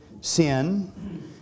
sin